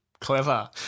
Clever